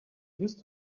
used